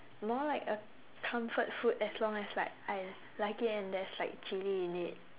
more like a comfort food as long as like I like it and there's like chili in it